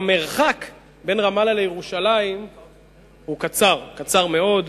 המרחק בין רמאללה לירושלים הוא קצר, קצר מאוד.